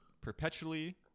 perpetually